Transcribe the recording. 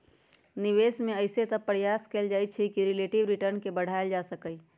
निवेश में अइसे तऽ प्रयास कएल जाइ छइ कि रिलेटिव रिटर्न के बढ़ायल जा सकइ